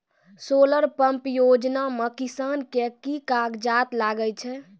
Solar pump योजना म किसान के की कागजात लागै छै?